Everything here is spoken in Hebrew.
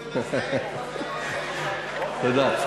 תודה.